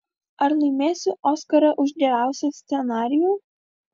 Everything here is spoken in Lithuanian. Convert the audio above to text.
ar laimėsiu oskarą už geriausią scenarijų